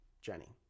Jenny